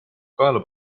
kaela